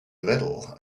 little